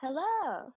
Hello